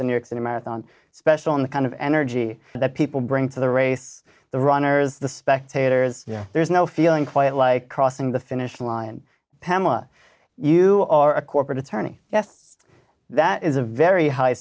the new york city marathon special in the kind of energy that people bring to the race the runners the spectators there's no feeling quite like crossing the finish line pamela you are a corporate attorney yes that is a very high